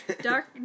Dark